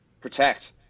Protect